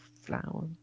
flower